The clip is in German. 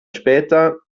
später